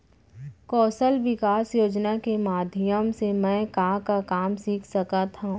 कौशल विकास योजना के माधयम से मैं का का काम सीख सकत हव?